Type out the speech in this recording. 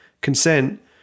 consent